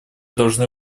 должны